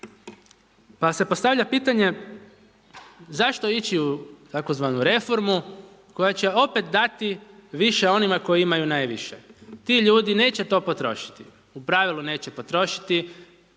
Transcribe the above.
Pa se postavlja pitanje, zašto ići u tzv. reformu, koja će opet dati više onima koji imaju najviše, ti ljudi neće to potrošiti, u pravilu neće potrošiti,